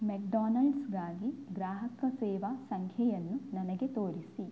ಮೆಕ್ಡೊನಾಲ್ಸಗಾಗಿ ಗ್ರಾಹಕ ಸೇವಾ ಸಂಖ್ಯೆಯನ್ನು ನನಗೆ ತೋರಿಸಿ